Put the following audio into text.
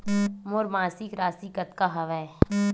मोर मासिक राशि कतका हवय?